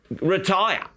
retire